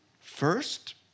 first